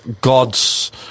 God's